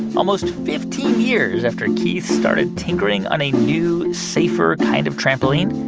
almost fifteen years after keith started tinkering on a new, safer kind of trampoline,